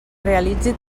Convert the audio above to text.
realitzi